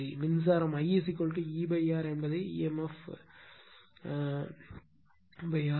மின்சாரம் I E R என்பது emf R